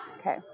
Okay